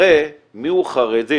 הרי מיהו חרדי